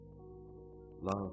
love